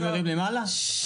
ולכן אני מציע שתיקבע,